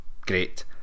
Great